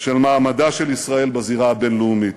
של מעמדה של ישראל בזירה הבין-לאומית.